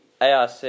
ARC